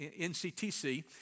NCTC